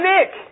Nick